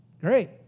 Great